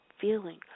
feeling